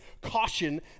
caution